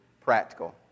practical